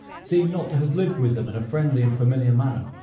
seem not to have lived with them in a friendly and familiar manner.